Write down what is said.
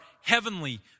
heavenly